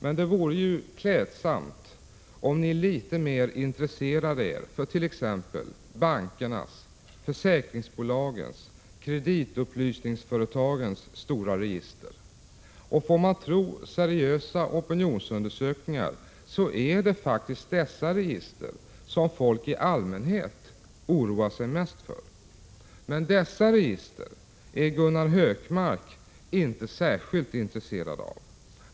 Men det vore ju klädsamt om ni litet mer intresserade er för t.ex. bankernas, försäkringsbolagens, kreditupplysningsföretagens stora register. Får man tro seriösa opinionsundersökningar är det fe ktiskt dessa register som folk i allmänhet oroar sig mest för. Men dessa register är Gunnar Hökmark inte särskilt intresserad av.